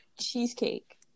cheesecake